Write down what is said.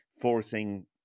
forcing